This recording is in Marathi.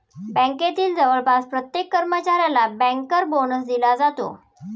बँकेतील जवळपास प्रत्येक कर्मचाऱ्याला बँकर बोनस दिला जातो